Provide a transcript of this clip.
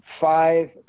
Five